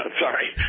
Sorry